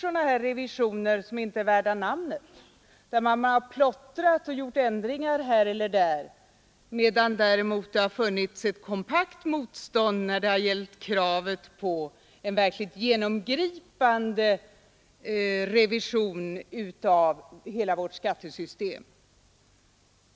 Det har gjorts revisioner som inte är värda namnet, där man plottrat och ändrat här eller där, medan det däremot funnits ett kompakt motstånd när det gällt kravet på en verkligt genomgripande revision av hela vårt skattesystem.